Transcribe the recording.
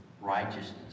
Righteousness